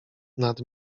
nad